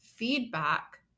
feedback